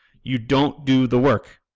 you don't do the work.